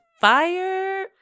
fire